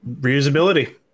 Reusability